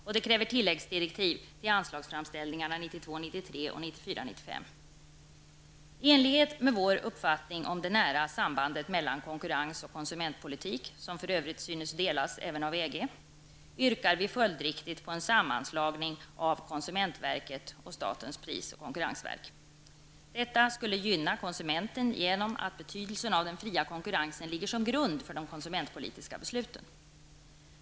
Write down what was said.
Detta kräver tilläggsdirektiv i anslagsframställningarna 1992/93 I enlighet med vår uppfattning om ett nära samband mellan konkurrens och konsumentpolitik, som för övrigt synes delas även av EG, yrkar vi följdriktigt på en sammanslagning av konsumentverket och statens pris och konkurrensverk. Detta skulle gynna konsumenten genom att betydelsen av den fria konkurrensen ligger som grund för de konsumentpolitiska besluten.